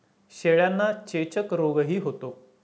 शेळ्यांना चेचक रोगही होतो